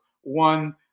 one